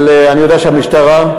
אבל אני יודע שהמשטרה,